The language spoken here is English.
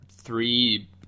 three